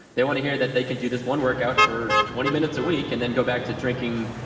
they want to hear that they can do this one workout for twenty minutes a week and then go back to drinking